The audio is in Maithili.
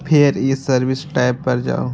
फेर ई सर्विस टैब पर जाउ